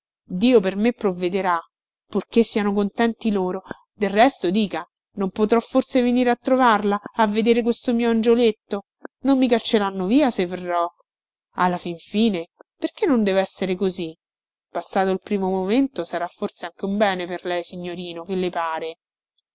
dio per me provvederà purché siano contenti loro del resto dica non potrò forse venire a trovarla a vedere questo mio angioletto non mi cacceranno via se verrò alla fin fine perché non devessere così passato il primo momento sarà forse anche un bene per lei signorino che le pare